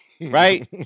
right